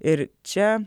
ir čia